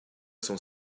son